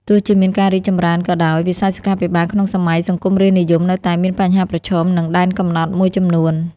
ទោះជាមានការរីកចម្រើនក៏ដោយ វិស័យសុខាភិបាលក្នុងសម័យសង្គមរាស្រ្តនិយមនៅតែមានបញ្ហាប្រឈម និងដែនកំណត់មួយចំនួន។